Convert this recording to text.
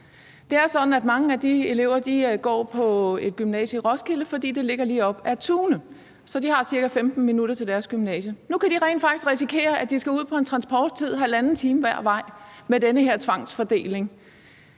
mange af de elever går på et gymnasie i Roskilde, fordi det ligger lige op ad Tune, så de har ca. 15 minutter til deres gymnasium. Nu kan de rent faktisk risikere, at de med den her tvangsfordeling